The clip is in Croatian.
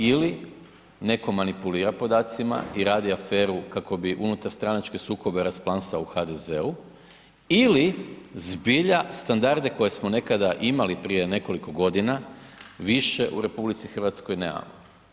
Ili netko manipulira podacima i radi aferu kako bi unutarstranačke sukobe rasplamsao u HDZ-u ili zbilja standarde koje smo nekada imali prije nekoliko godina, više u RH nemamo.